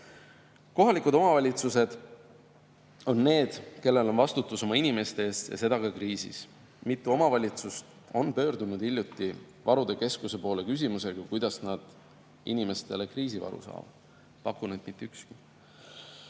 Kohalikud omavalitsused on need, kellel on vastutus oma inimeste eest ja seda ka kriisis. Kui mitu omavalitsust on pöördunud hiljuti varude keskuse poole küsimusega, kuidas nad inimestele kriisivaru saavad? Pakun, et mitte ükski.